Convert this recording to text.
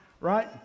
right